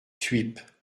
suippes